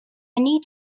need